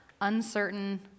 uncertain